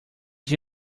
did